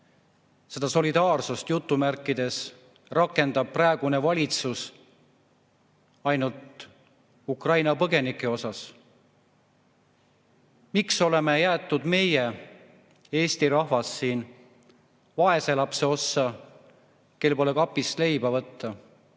seda solidaarsust jutumärkides väljendab praegune valitsus ainult Ukraina põgenike suhtes. Miks oleme jäetud meie, Eesti rahvas, siin vaeslapse ossa, kel pole kapist leiba võtta?